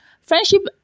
friendship